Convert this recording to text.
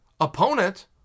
opponent